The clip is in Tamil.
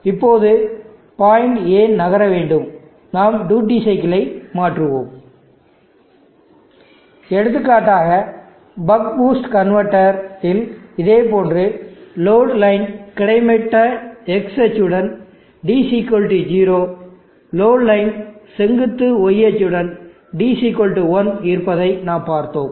இப்போது பாயிண்ட் ஏன் நகர வேண்டும் நாம் டியூட்டி சைக்கிளை மாற்றுவோம் எடுத்துக்காட்டாக பக் பூஸ்ட் கன்வெர்ட்டர் இல் இதே போன்று லோடு லைன் கிடைமட்ட x அச்சு உடன் d 0 லோடு லைன் செங்குத்து Y அச்சு உடன் d 1 இருப்பதை நாம் பார்த்தோம்